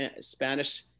Spanish